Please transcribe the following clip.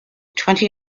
twenty